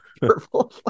Purple